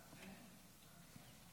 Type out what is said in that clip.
שלוש דקות